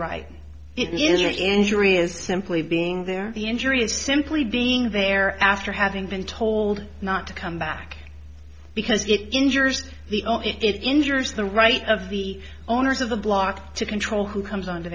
your injury is simply being there the injury is simply being there after having been told not to come back because it injures the it injures the right of the owners of the block to control who comes onto